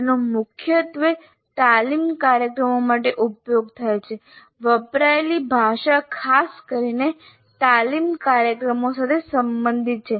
તેનો મુખ્યત્વે તાલીમ કાર્યક્રમો માટે ઉપયોગ થાય છે વપરાયેલી ભાષા ખાસ કરીને તાલીમ કાર્યક્રમો સાથે સંબંધિત છે